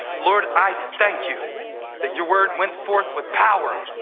lord, i thank you that your word went forth with power.